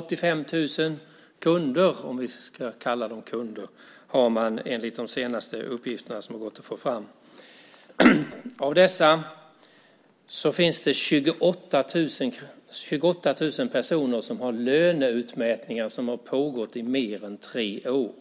485 000 kunder, om vi ska kalla dem så, enligt de senaste uppgifterna, som har gått att få fram. Av dessa har 28 000 personer löneutmätningar som har pågått i mer än tre år.